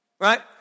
Right